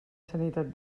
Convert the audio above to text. sanitat